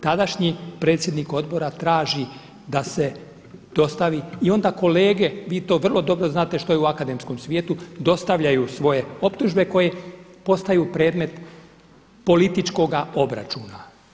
Tadašnji predsjednik odbora traži da se dostavi i onda kolege, vi to vrlo dobro znate što je u akademskom svijetu, dostavljaju svoje optužbe koje postaju predmet političkoga obračuna.